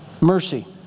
mercy